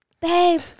babe